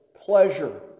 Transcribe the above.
pleasure